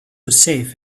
safe